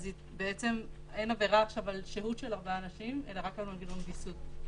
אין עבירה על שהות של ארבעה אנשים אלא רק על מנגנון ויסות.